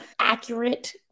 accurate